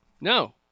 no